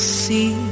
see